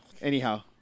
Anyhow